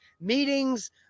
meetings